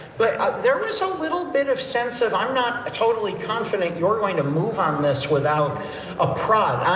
but there is a little bit of sense of i'm not totally confident you're going to move on this without a prod.